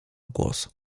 głos